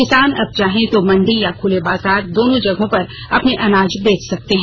किसान अब चाहें तो मंडी या खुले बाजार दोनों जगहों पर अपने आनाज बेच सकते हैं